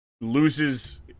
loses